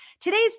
Today's